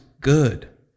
good